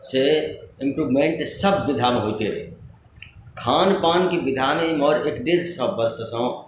से improvement सब विधा मे होइते रहै खान पान के विधा मे एमहर एक डेढ़ सए वरषसॅं